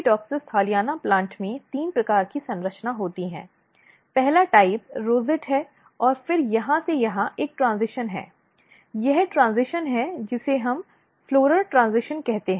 Arabidopsis thaliana plant में तीन प्रकार की संरचना होती है पहला टाइप रोसेट और फिर यहां से यहां एक ट्रेन्ज़िशन है यह ट्रेन्ज़िशन है जिसे हम फ़्लॉरल ट्रेन्ज़िशन कहते हैं